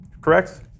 correct